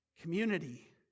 community